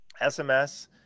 SMS